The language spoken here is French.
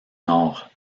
nord